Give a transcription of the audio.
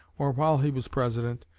or while he was president,